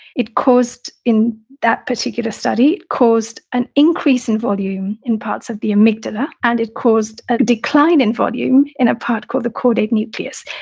it caused, in that particular study, caused an increase in volume in parts of the amygdala and it caused a decline in volume in a part called the caudate nucleus.